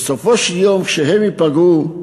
בסופו של דבר, כשהם ייפגעו,